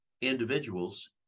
individuals